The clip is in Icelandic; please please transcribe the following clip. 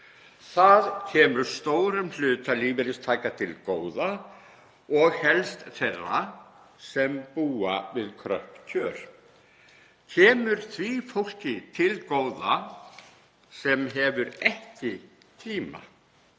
Það kemur stórum hluta lífeyristaka til góða og helst þeirra sem búa við kröpp kjör. Kemur því fólki til góða sem hefur ekki tíma